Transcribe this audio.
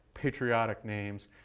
patriotic names.